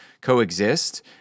coexist